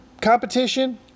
competition